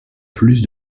plus